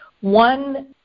One